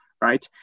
Right